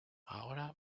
ahora